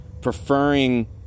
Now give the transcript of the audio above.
preferring